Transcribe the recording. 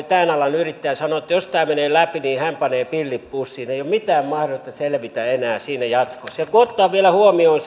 tämän alan yrittäjä että jos tämä menee läpi niin hän panee pillit pussiin ei ei ole mitään mahdollisuutta selvitä enää siinä jatkossa ja kun ottaa huomioon